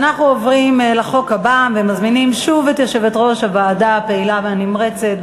אנחנו עוברים לחוק הבא ומזמינים שוב את יו"ר הוועדה הפעילה והנמרצת,